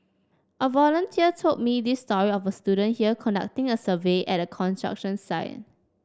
a volunteer told me this story of a student here conducting a survey at a construction site